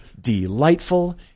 Delightful